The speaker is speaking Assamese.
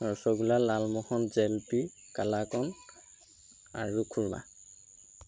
ৰসগোল্লা লালমোহন জেলপী কালাকন আৰু খুৰমা